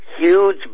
huge